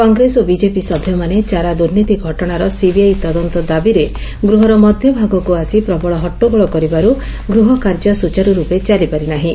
କଂଗ୍ରେସ ଓ ବିଜେପି ସଭ୍ୟମାନେ ଚାରା ଦୂର୍ନୀତି ଘଟଣାର ସିବିଆଇ ତଦନ୍ତ ଦାବିରେ ଗୃହର ମଧଭାଗକୁ ଆସି ପ୍ରବଳ ହଟ୍ଟଗୋଳ କରିବାରୁ ଗୃହକାର୍ଯ୍ୟ ସୂଚାରୁର୍ପେ ଚାଲିପାରି ନାହିଁ